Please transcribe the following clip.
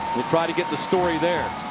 we'll try to get the story there.